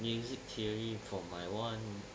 music theory for my [one]